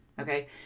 okay